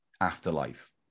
afterlife